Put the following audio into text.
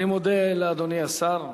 אני מודה לאדוני השר.